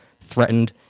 threatened